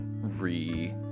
re-